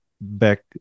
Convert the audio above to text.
back